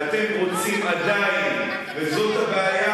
לא מסכימה, ואתם רוצים עדיין, וזו הבעיה,